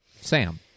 Sam